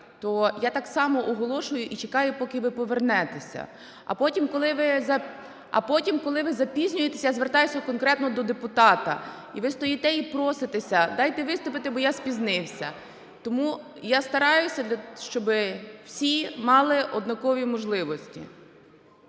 то я так само оголошую і чекаю, поки ви повернетеся. А потім, коли ви запізнюєтеся, я звертаюся конкретно до депутата, і ви стоїте і проситеся: "Дайте виступити, бо я спізнився". Тому я стараюся, щоби всі мали однакові можливості.